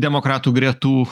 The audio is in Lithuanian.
demokratų gretų